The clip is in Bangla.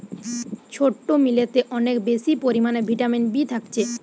ছোট্ট মিলেতে অনেক বেশি পরিমাণে ভিটামিন বি থাকছে